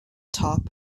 top